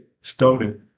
stone